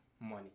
money